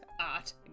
Art